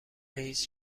هیچ